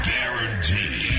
Guaranteed